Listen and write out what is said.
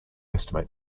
estimate